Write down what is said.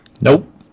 Nope